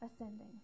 ascending